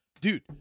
dude